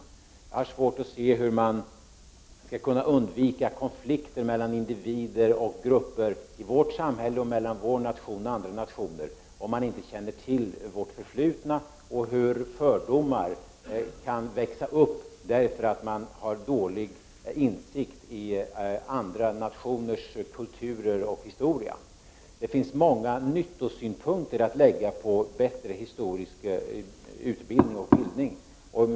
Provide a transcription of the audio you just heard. Jag har svårt att se hur man skall kunna undvika konflikter mellan individer och grupper i vårt samhälle och mellan vår nation och andra nationer, om man inte känner till vårt förflutna och hur fördomar kan växa upp, då man har dålig insikt i andra nationers kulturer och historia. Det finns många nyttosynpunkter att lägga på bättre historisk utbildning och undervisning.